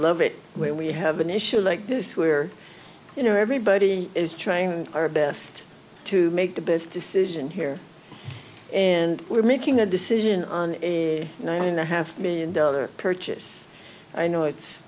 love it when we have an issue like this where you know everybody is trying our best to make the best decision here and we're making a decision on nine and a half million dollar purchase i know it's